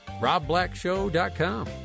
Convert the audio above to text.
RobBlackShow.com